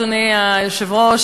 אדוני היושב-ראש,